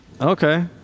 Okay